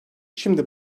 şimdi